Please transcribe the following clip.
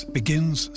begins